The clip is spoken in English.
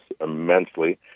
immensely